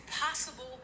possible